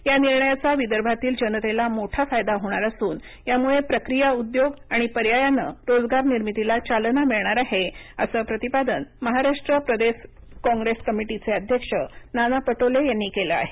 या निर्णयाचा विदर्भातील जनतेला मोठा फायदा होणार असून यामूळे प्रक्रिया उद्योग आणि पर्यायाने रोजगार निर्मितीला चालना मिळणार आहेअसे प्रतिपादन महाराष्ट्र प्रदेश काँग्रेस कमिटीचे अध्यक्ष नाना पटोले यांनी केले आहे